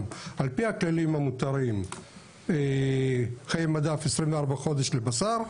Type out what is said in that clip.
על פי הכללים המותרים חיי מדף 24 חודש לבשר.